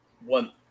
one